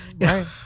Right